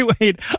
wait